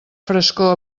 frescor